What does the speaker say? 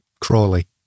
Crawley